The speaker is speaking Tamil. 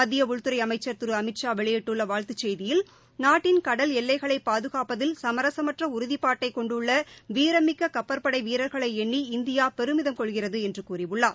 மத்தியஉள்துறைஅமைச்சா் திருஅமித்ஷா வெளியிட்டுள்ளவாழ்த்துச் செய்தியில் நாட்டின் கடல் எல்லைகளைபாதுகாப்பதில் சமரசமற்றஉறதிப்பாட்டைகொண்டுள்ளவீரம் மிக்ககப்பற்படைவீரர்களைஎண்ணி இந்தியாபெருமிதம் கொள்கிறதுஎன்றுகூறியுள்ளார்